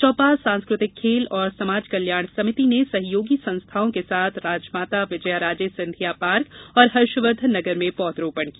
चौपाल सांस्कृतिक खेल और समाज कल्याण समिति ने सहयोगी संस्थाओं के साथ राजमाता विजयाराजे सिंधिया पार्क और हर्षवर्धन नगर में पौधरोपण किया